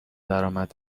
درآمد